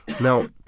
Now